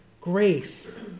grace